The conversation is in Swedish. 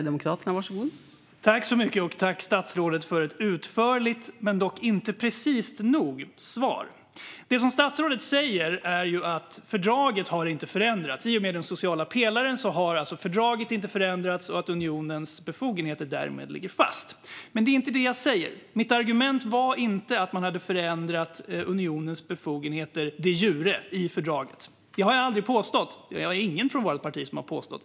Fru talman! Jag tackar statsrådet för ett utförligt svar men dock inte ett svar som är precist nog. Det som statsrådet säger är att fördraget inte har förändrats. I och med den sociala pelaren har fördraget alltså inte förändrats, och unionens befogenheter ligger därmed fast. Men det är inte det som jag säger. Mitt argument var inte att man hade förändrat unionens befogenheter de jure i fördraget. Det har jag aldrig påstått, och det har ingen från vårt parti påstått.